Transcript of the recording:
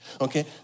okay